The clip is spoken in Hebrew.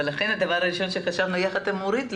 ולכן הדבר הראשון שחשבנו ביחד עם אורית ארז